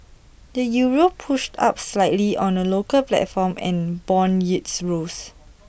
the euro pushed up slightly on the local platform and Bond yields rose